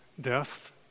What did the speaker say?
death